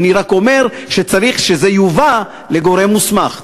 אני רק אומר שצריך שזה יובא לגורם מוסמך.